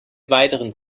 weiteren